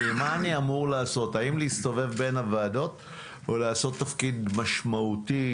אם להסתובב בין הוועדות או לעשות תפקיד משמעותי,